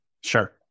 Sure